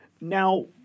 now